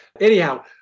anyhow